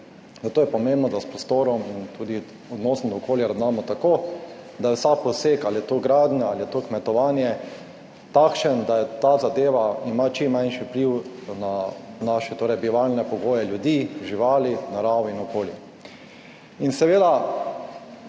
zato je pomembno, da s prostorom in tudi z odnosom do okolja ravnamo tako, da je vsak poseg, ali je to gradnja ali je to kmetovanje, takšen, da je ta zadeva ima čim manjši vpliv na naše, torej bivalne pogoje ljudi, živali, naravo in okolje. In seveda,